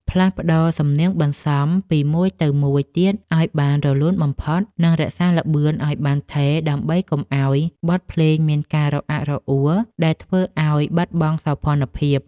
ផ្លាស់ប្តូរសំនៀងបន្សំពីមួយទៅមួយទៀតឱ្យបានរលូនបំផុត និងរក្សាល្បឿនឱ្យបានថេរដើម្បីកុំឱ្យបទភ្លេងមានការរអាក់រអួលដែលធ្វើឱ្យបាត់បង់សោភ័ណភាព។